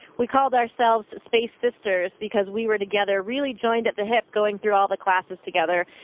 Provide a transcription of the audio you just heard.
we called ourselves space sisters because we were together really joined at the hip going through all the classes together.